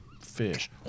fish